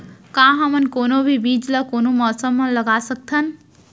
का हमन कोनो भी बीज ला कोनो मौसम म लगा सकथन?